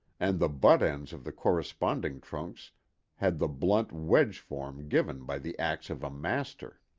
and the butt ends of the corresponding trunks had the blunt wedge-form given by the axe of a master.